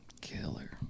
Killer